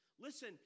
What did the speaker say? Listen